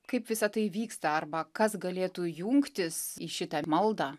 kaip visa tai vyksta arba kas galėtų jungtis į šitą maldą